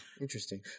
interesting